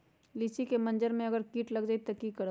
लिचि क मजर म अगर किट लग जाई त की करब?